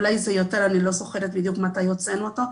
אולי זה יותר אני לא זוכרת בדיוק מתי הוצאנו אותו,